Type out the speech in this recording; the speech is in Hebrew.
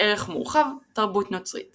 ערך מורחב – תרבות נוצרית